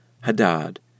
Hadad